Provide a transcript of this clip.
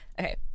Okay